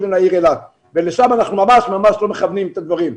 לעיר אילת ולשם אנחנו ממש ממש לא מכוונים את הדברים.